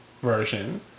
version